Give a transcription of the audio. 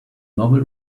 novel